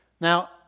Now